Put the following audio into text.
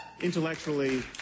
intellectually